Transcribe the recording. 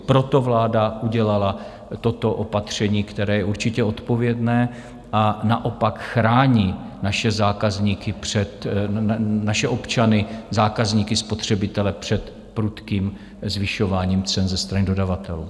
Proto vláda udělala toto opatření, které je určitě odpovědné, a naopak chrání naše občany, zákazníky, spotřebitele, před prudkým zvyšováním cen ze strany dodavatelů.